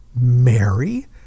Mary